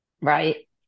Right